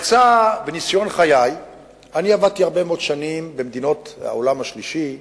יצא מניסיון חיי שעבדתי הרבה מאוד שנים במדינות העולם השלישי,